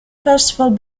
festival